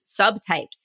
subtypes